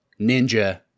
ninja